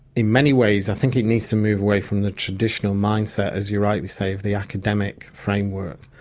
in many ways i think it needs to move away from the traditional mindset, as you rightly say, of the academic framework.